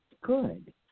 Good